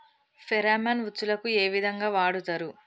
Pheromone ఉచ్చులకు ఏ విధంగా వాడుతరు?